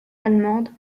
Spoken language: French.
allemande